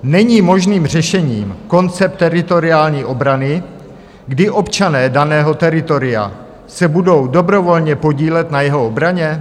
Není možným řešením koncept teritoriální obrany, kdy občané daného teritoria se budou dobrovolně podílet na jeho obraně?